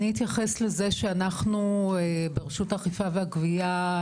אני אתייחס לזה שאנחנו ברשות האכיפה והגבייה,